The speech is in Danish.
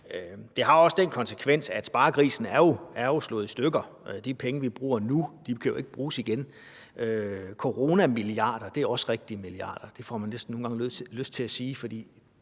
Det har også den konsekvens, at sparegrisen er slået i stykker. De penge, vi bruger nu, kan jo ikke bruges igen. Coronamilliarder er også rigtige milliarder. Det får man nogle gange lyst til at sige,